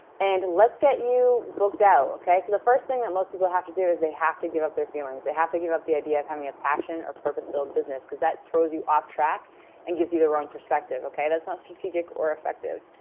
and let's get you booked out, okay? so the first thing that most people have to do is they have to give up their feelings. they have to give up the idea of having a passion or purpose-filled business because that throws you off track and gives you the wrong perspective, okay? that's not strategic or effective.